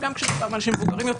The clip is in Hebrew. אבל גם כשמדובר באנשים מבוגרים יותר